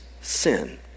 sin